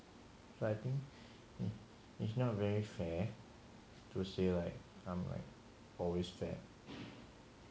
like I think it is not very fair to say like um like I'm always fat